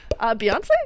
Beyonce